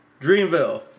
Dreamville